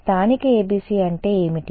స్థానిక ABC అంటే ఏమిటి